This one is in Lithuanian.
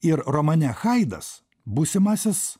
ir romane haidas būsimasis